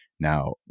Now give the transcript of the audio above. Now